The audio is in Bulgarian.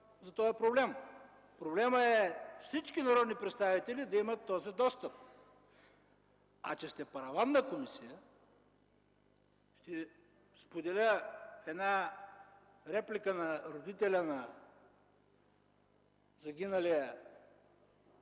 за този проблем! Проблемът е всички народни представители да имат този достъп. А, че сте параванна комисия...! Ще споделя една реплика на родителя на загиналия,